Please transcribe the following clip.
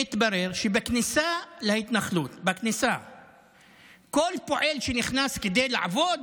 מתברר שבכניסה להתנחלות כל פועל שנכנס כדי לעבוד